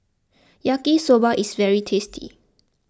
Yaki Soba is very tasty